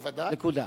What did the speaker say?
נקודה.